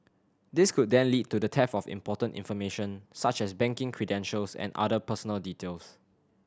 this could then lead to the theft of important information such as banking credentials and other personal details